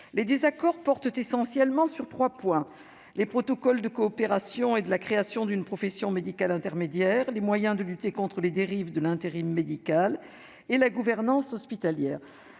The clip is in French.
Les désaccords portent essentiellement sur trois points : les protocoles de coopération et la création d'une profession médicale intermédiaire, les moyens de lutter contre les dérives de l'intérim médical et la gouvernance hospitalière.